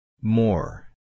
More